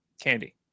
candy